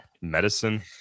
medicine